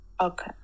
Okay